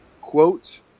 quote